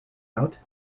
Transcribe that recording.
out